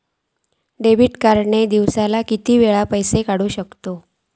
Debit card ने दिवसाला किती वेळा पैसे काढू शकतव?